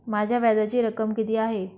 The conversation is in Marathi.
माझ्या व्याजाची रक्कम किती आहे?